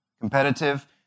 Competitive